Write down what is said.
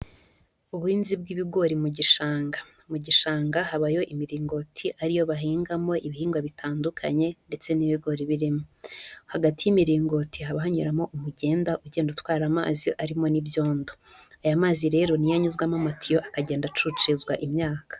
Ubuhinzi bw'ibigori mu gishanga. Mu gishanga habayo imiringoti ari yo bahingamo ibihingwa bitandukanye ndetse n'ibigori birimo. Hagati y'imiringoti haba hanyuramo umugenda ugenda utwara amazi arimo n'ibyondo. Aya mazi rero ni yo anyuzwamo amatiyo akagenda acucizwa imyaka.